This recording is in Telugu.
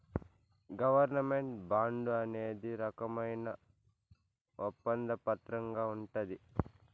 గవర్నమెంట్ బాండు అనేది రకమైన ఒప్పంద పత్రంగా ఉంటది